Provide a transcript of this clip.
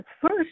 first